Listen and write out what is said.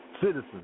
citizens